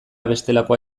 bestelakoa